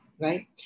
right